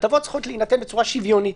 הטבות צריכות להינתן בצורה שוויונית